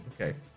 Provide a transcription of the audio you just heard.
Okay